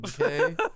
Okay